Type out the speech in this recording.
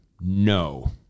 no